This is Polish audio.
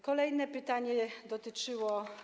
Kolejne pytanie dotyczyło.